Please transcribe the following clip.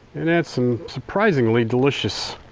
and that's some surprisingly delicious